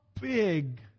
big